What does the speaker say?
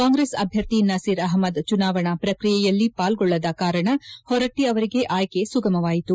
ಕಾಂಗ್ರೆಸ್ ಅಭ್ಯರ್ಥಿ ನಸೀರ್ ಅಹಮದ್ ಚುನಾವಣಾ ಪ್ರಕ್ರಿಯೆಯಲ್ಲಿ ಪಾಲ್ಗೊಳ್ಳದ ಕಾರಣ ಹೊರಟ್ಟಿ ಅವರಿಗೆ ಆಯ್ಕೆ ಸುಮಗವಾಯಿತು